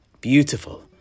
beautiful